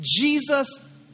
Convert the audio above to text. Jesus